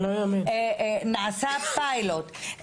נעשה פיילוט,